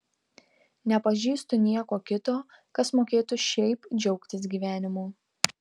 nepažįstu nieko kito kas mokėtų šiaip džiaugtis gyvenimu